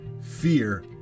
fear